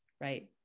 right